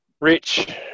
Rich